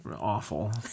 awful